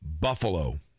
Buffalo